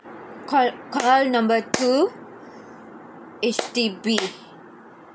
call call number two H_D_B